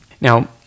Now